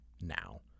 now